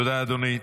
תודה, אדוני.